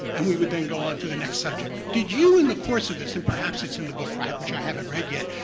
and we would think go on to the next subject. did you in the course of this, and perhaps it's in the book, which i haven't read yet,